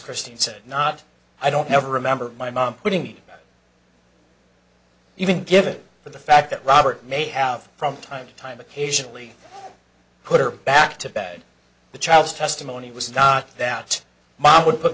christine said not i don't ever remember my mom getting it but even given the fact that robert may have from time to time occasionally put her back to bed the child's testimony was not that mom would put